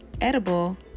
edible